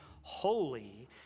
holy